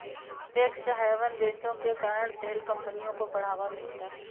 tax haven देशों के कारण तेल कंपनियों को बढ़ावा मिलता है